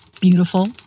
beautiful